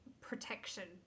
protection